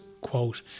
quote